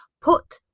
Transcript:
put